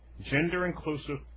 gender-inclusive